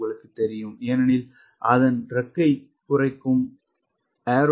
உங்களுக்குத் தெரியும் ஏனெனில் அதன் இறக்கை குறைக்கும் a